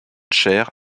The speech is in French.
chère